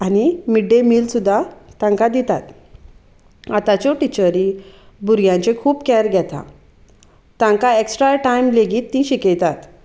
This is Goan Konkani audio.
आनी मिड डे मील सुद्दा तांकां दितात आतांच्यो टिचरी भुरग्यांचे खूब कॅअर घेता तांकां एक्स्ट्रा टायम लेगीत तीं शिकयतात